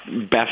best